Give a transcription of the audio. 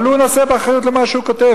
אבל הוא נושא באחריות למה שהוא כותב,